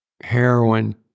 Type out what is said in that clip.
heroin